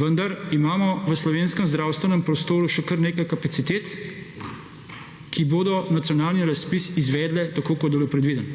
vendar imamo v slovenskem zdravstvenem prostoru še kar nekaj kapacitet, ki bodo nacionalni razpis izvedle, tako kot je bil predviden.